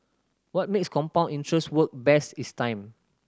what makes compound interest work best is time